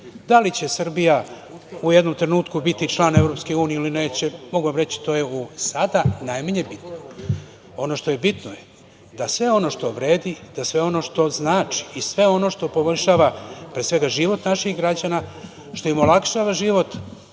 Da li će Srbija u jednom trenutku biti član EU ili neće, mogu vam reći, to je sada najmanje bitno. Ono što je bitno je da sve ono što vredi, da sve ono što znači i sve ono što poboljšava, pre svega, život naših građana, što im olakšava život,